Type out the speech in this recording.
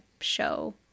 show